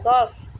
গছ